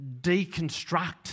deconstruct